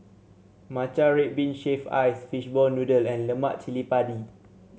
Matcha Red Bean Shaved Ice Fishball Noodle and Lemak Cili Padi